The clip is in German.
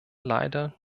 leider